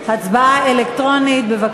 אלקטרונית.